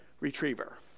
retriever